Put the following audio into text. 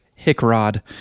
Hickrod